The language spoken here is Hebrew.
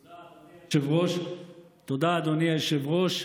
תודה, אדוני היושב-ראש.